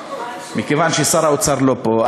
מכיוון ששר האוצר לא פה,